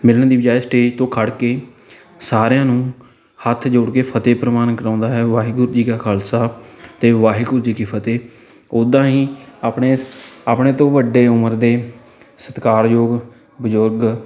ਮਿਲਣ ਦੀ ਬਜਾਏ ਸਟੇਜ ਤੋਂ ਖੜ੍ਹ ਕੇ ਸਾਰਿਆਂ ਨੂੰ ਹੱਥ ਜੋੜ ਕੇ ਫਤਿਹ ਪ੍ਰਵਾਨ ਕਰਵਾਉਂਦਾ ਹੈ ਵਾਹਿਗੁਰੂ ਜੀ ਕਾ ਖਾਲਸਾ ਤੇ ਵਾਹਿਗੁਰੂ ਜੀ ਕੀ ਫਤਿਹ ਉੱਦਾਂ ਹੀ ਆਪਣੇ ਆਪਣੇ ਤੋਂ ਵੱਡੇ ਉਮਰ ਦੇ ਸਤਿਕਾਰਯੋਗ ਬਜ਼ੁਰਗ